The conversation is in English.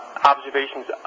observations